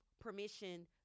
permission